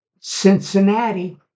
Cincinnati